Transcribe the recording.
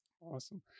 Awesome